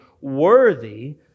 worthy